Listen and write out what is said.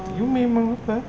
you memang apa ah